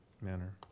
manner